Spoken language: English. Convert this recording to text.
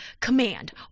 command